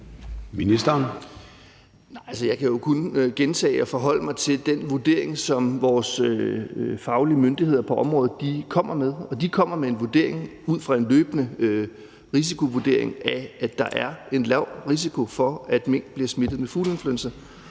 Jeg kan jo kun gentage og forholde mig til den vurdering, som vores faglige myndigheder på området kommer med, og de kommer med en løbende risikovurdering, der lyder på, at der er en lav risiko for, at mink bliver smittet med fugleinfluenza.